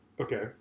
Okay